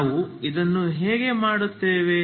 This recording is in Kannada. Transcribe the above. ನಾವು ಇದನ್ನು ಹೇಗೆ ಮಾಡುತ್ತೇವೆ